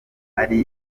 ari